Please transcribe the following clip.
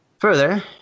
further